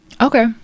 Okay